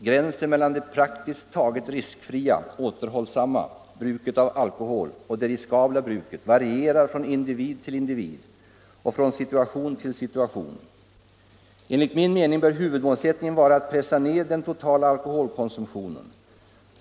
Gränsen mellan det praktiskt taget riskfria — återhållsamma — bruket av alkohol och det riskabla bruket varierar från individ till individ och från situation till situation. Enligt min mening bör huvudmålsättningen vara att pressa ner den totala alkoholkonsumtionen.